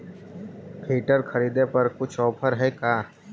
Filter खरिदे पर कुछ औफर है का?